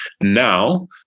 now